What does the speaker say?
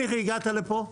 מתי הגעת לפה?